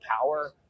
power